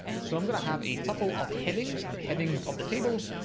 so i'm going to have a tuple of headings, the headings of the table.